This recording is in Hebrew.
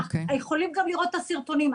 יכולים גם לראות את הסרטונים.